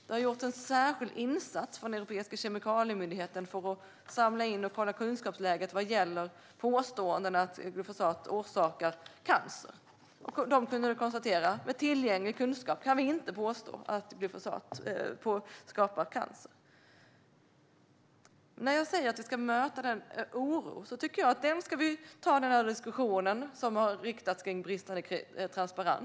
Det har gjorts en särskild insats från Europeiska kemikaliemyndigheten för att samla in och kolla kunskapsläget vad gäller påståenden att glyfosat orsakar cancer. De kunde konstatera att vi med tillgänglig kunskap inte kan påstå att glyfosat orsakar cancer. När jag säger att vi ska möta oron menar jag att vi ska ta den diskussion som har funnits om bristande transparens.